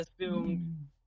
assumed